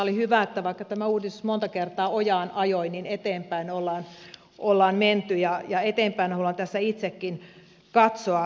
oli hyvä että vaikka tämä uudistus monta kertaa ojaan ajoi niin eteenpäin ollaan menty ja eteenpäin haluan tässä itsekin katsoa